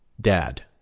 dad